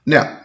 Now